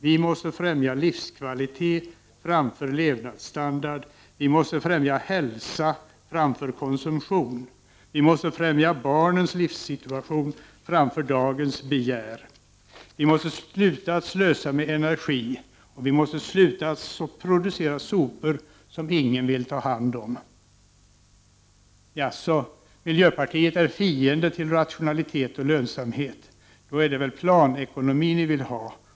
Vi måste främja livskvalitet framför ”levnadsstandard”. Vi måste främja hälsa framför konsumtion, och vi måste främja barnens livssituation framför dagens begär. Vi måste sluta att slösa med energi och sluta att producera sopor som ingen vill ta hand om. Jaså, säger lyssnaren, miljöpartisterna är fiende till rationalitet och lönsamhet. Då är det väl planekonomi de vill ha.